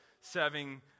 serving